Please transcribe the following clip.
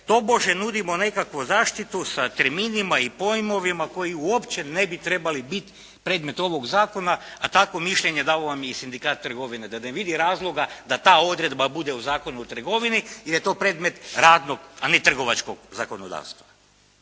tobože nudimo nekakvu zaštitu sa terminima i pojmovima koji uopće ne bi trebali biti predmet ovog zakona, a takvo mišljenje dao vam je i Sindikat trgovine, da ne vidi razloga da ta odredba bude u Zakonu o trgovini, jer je to predmet radnog, a ne trgovačkog zakonodavstva.